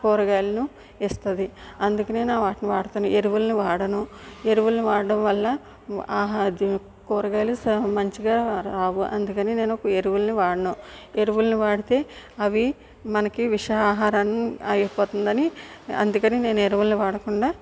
కూరగాయలను ఇస్తుంది అందుకనే వాటిని వాడుతాను ఎరువులను వాడను ఎరువులను వాడడం వల్ల ఆహా కూరగాయలు మంచిగా రావు అందుకని నేను ఎరువులని వాడను ఎరువులు వాడితే అవి మనకి విష ఆహారాన్ని అయిపోతుందని అందుకని నేను ఎరువులని వాడకుండా